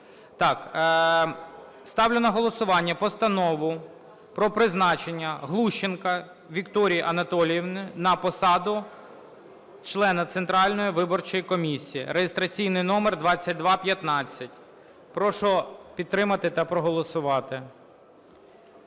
Ставлю на голосування Постанову про призначення Глущенко Вікторії Анатоліївни на посаду члена Центральної виборчої комісії (реєстраційний номер 2215). Прошу підтримати та проголосувати.